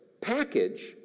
package